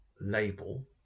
label